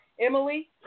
Emily